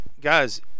guys